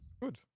Good